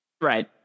Right